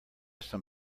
some